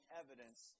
evidence